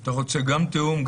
אתה רוצה גם תיאום,